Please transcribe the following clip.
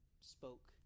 spoke